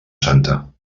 santa